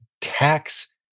tax